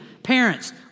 Parents